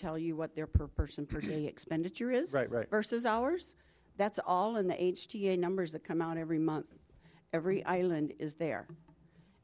tell you what their per person per day expenditure is right right versus ours that's all in the h g a numbers that come out every month every island is there